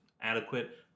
adequate